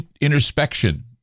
introspection